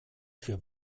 für